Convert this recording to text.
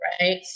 Right